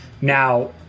now